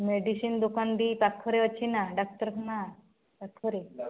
medicine ଦୋକାନ ପାଖରେ ଅଛି ନା ଡାକ୍ତରଖାନା ପାଖରେ